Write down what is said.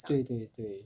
对对对